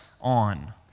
on